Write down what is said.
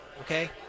okay